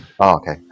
okay